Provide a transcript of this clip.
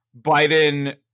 biden